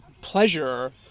pleasure